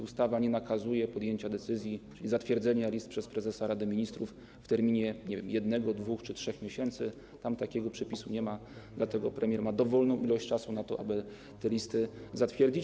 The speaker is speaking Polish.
Ustawa nie nakazuje podjęcia decyzji i zatwierdzenia list przez prezesa Rady Ministrów w terminie, nie wiem, 1, 2 czy 3 miesięcy, tam takiego przepisu nie ma, dlatego premier ma dowolną ilość czasu na to, aby te listy zatwierdzić.